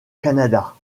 canada